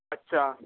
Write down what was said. अच्छा